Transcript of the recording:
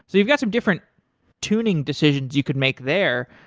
you've got some different tuning decisions you could make there.